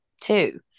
two